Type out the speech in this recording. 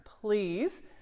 please